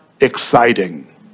exciting